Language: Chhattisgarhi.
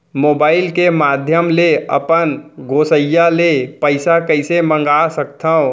मोबाइल के माधयम ले अपन गोसैय्या ले पइसा कइसे मंगा सकथव?